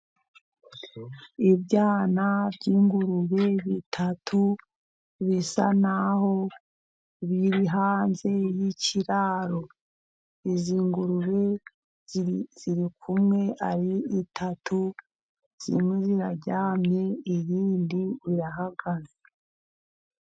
Ibyana by'ingurube bitatu, bisa n'aho biri hanze y'ikiraro. Izi ngurube ziri kumwe ari eshatu, zimwe ziraryamye iyindi irahagaze.